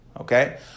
Okay